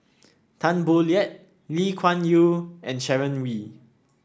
Tan Boo Liat Lee Kuan Yew and Sharon Wee